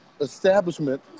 establishment